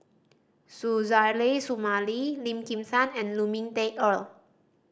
Suzairhe Sumari Lim Kim San and Lu Ming Teh Earl